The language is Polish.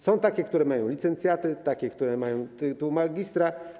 Są takie, które mają licencjaty, takie, które mają tytuł magistra.